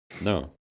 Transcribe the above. No